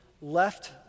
left